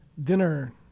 dinner